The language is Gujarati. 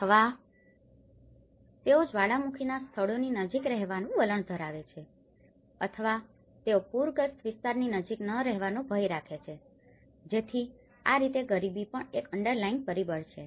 અથવા તેઓ જ્વાળામુખીના સ્થળોની નજીક રહેવાનું વલણ ધરાવે છે અથવા તેઓ પૂરગ્રસ્ત વિસ્તારોની નજીક ન રહેવા નો ભય રાખે છે જેથી આ રીતે ગરીબી પણ એક અંડરલાયિંગ પરિબળ છે